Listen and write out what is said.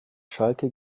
schalke